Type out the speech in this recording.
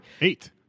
Eight